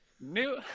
New